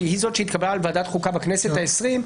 והיא זאת שהתקבלה בוועדת החוקה בכנסת העשרים,